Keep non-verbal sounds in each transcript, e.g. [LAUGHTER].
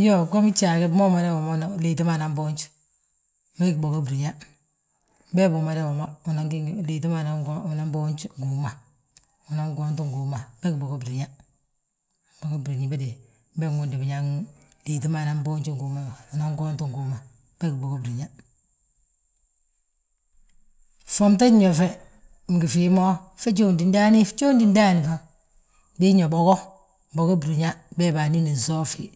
Iyoo, gwomi gjaa ge gima unwomi liiti gimanan boonj, we gí bogo briña, bee bi umada woma [HESITATION] liiti ma nan boonj ngú huma, winan goont ngi húma. Bégi bogo briŋa, bogo briŋi be dé, liiti ma nan boonji ndi húma, binan ngoont ngi húma bégi bogo briŋa. Ffomten yo fe ngi fii mo, fe njóondi ndaani, fjoondi ndaani fa, binyo, bogo, bogo briña, bee bi anínni nsoofi,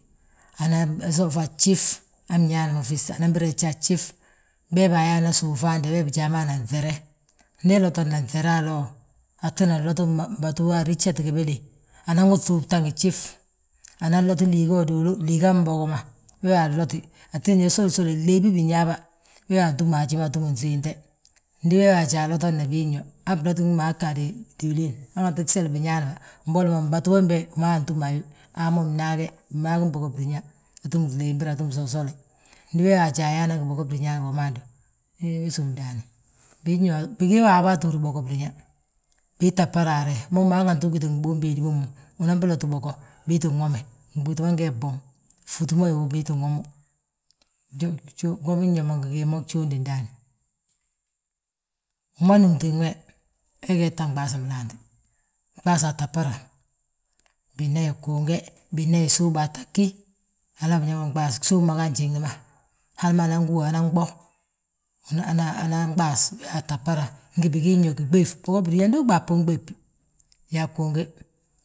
anan bi soofi ngi fjif, han gñaa mo ananbi riija a fjif, ndi beebi ayaana suufi hando, bee bi suufi hando, we bijaa ma yaana nfere. Ndi helotodna nfere haloo, atina loti mbatu arijati gébele anan wi fuuta ngi gjif, anan túm liiga uduulu, liiga, liigam bogo ma, wee wi anloti, liiga binyaabà, antúmbi atúmi nsiinte. Ndi wee wi ajaa lotodna binyo han blotin wi ma gaadi diwilin hanganti gseli biñaanibà. Mbolo, mbatu wembe, wi maa wi antúma wi ayaa mo bnaage, bnaage bogo briña, atúm gliimbire, atúm selu usole. ndi wee ajaa yaana bogo briña hando, hee we súm ndaani. [HESITATION] Bigii waabo ttúur bogo briña, bii ttabà raare, momu hanganti ugiti bogom béedi bommu, uan bi loti bogo bii ttin wome, ŋbúuta ma ngee bwom. Fúti wee wi bii ttin wom, [HESITATION] gwomi nyo ngi gii mo gjoondi ndaani. Wima númtin we, we gí hanta ɓaasin bilaante, ɓaasaa tta bà raa, binyaa guunge, binyaa suubaa tta gí, hala ma biñaŋ ma nɓaasi, suubi ma ga a njiŋni ma. Hal ma nan gúwe anan ɓoo, anan ɓaas ngi biigin yo ngi ɓéef. Yaa ndu [HESITATION] ɓaasbi unɓéefbi, yaa guunge,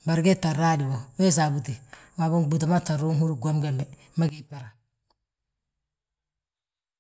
bari wee tta raadi mo, wee saabuti woobo gbúuta maa tta húri gwom gembe ma gii bà raa.